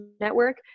network